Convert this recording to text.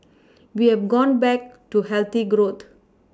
we have gone back to healthy growth